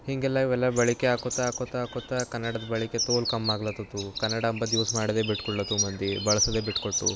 ಹೀಗೆಲ್ಲ ಇವೆಲ್ಲ ಬಳಕೆ ಆಕ್ಕೋತ ಆಕ್ಕೋತ ಆಕ್ಕೋತ ಕನ್ನಡದ ಬಳಕೆ ತೋಲ್ ಕಮ್ಮಾಗ್ಲತ್ತತು ಕನ್ನಡ ಎಂಬುದು ಯೂಸ್ ಮಾಡದೆ ಬಿಟ್ಕೊಡ್ಲತ್ತವು ಮಂದಿ ಬಳಸದೇ ಬಿಟ್ಕೊಟ್ವು